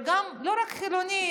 ולא רק החילוני,